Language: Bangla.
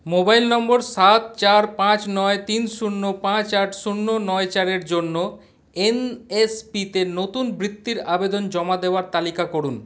মোবাইল নম্বর সাত চার পাঁচ নয় তিন শূন্য পাঁচ আট শূন্য নয় চারের জন্য এন এস পিতে নতুন বৃত্তির আবেদন জমা দেওয়ার তালিকা করুন